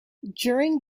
during